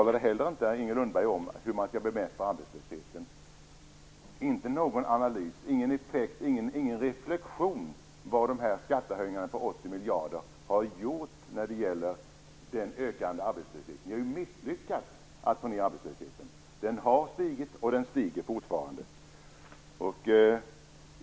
Inger Lundberg talade inte heller om hur man skall bemästra arbetslösheten - inte någon analys, inte reflexion vad dessa skattehöjningar på 80 miljarder har gjort när det gäller den ökande arbetslösheten. Ni har misslyckats med att få ned arbetslösheten. Den har stigit och stiger fortfarande.